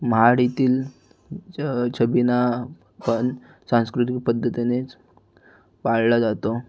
महाड येथील ज छबिना पण सांस्कृतिक पद्धतीनेच पाळला जातो